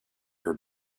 her